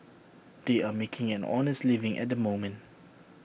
they are making an honest living at the moment